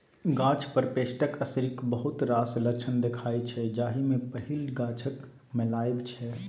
गाछ पर पेस्टक असरिक बहुत रास लक्षण देखाइ छै जाहि मे पहिल गाछक मौलाएब छै